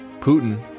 Putin